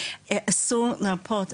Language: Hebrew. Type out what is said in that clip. אסור להרפות,